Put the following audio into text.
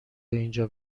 اینجا